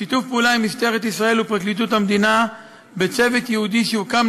שיתוף פעולה עם משטרת ישראל ופרקליטות המדינה בצוות ייעודי שהוקם